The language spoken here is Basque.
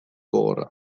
gogorra